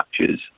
matches